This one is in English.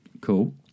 Cool